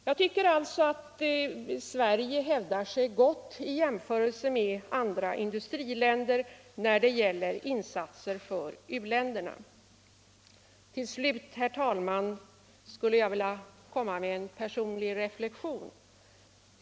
Jag tycker alltså att Sverige hävdar sig gott i jämförelse med andra i-länder när det gäller insatser för u-länderna. Till slut, herr talman, skulle jag vilja komma med en personlig reflexion.